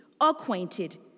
acquainted